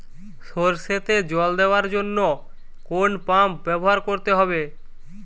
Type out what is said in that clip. সরষেতে জল দেওয়ার জন্য কোন পাম্প ব্যবহার করতে হবে?